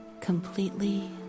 completely